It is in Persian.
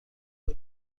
بار